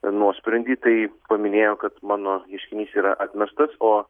nuosprendį tai paminėjo kad mano ieškinys yra atmestas o